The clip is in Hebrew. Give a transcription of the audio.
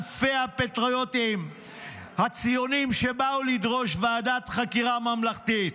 אלפי הפטריוטים הציונים שבאו לדרוש ועדת חקירה ממלכתית,